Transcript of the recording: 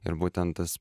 ir būtent tas